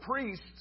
priests